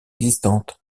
existantes